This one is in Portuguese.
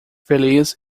feliz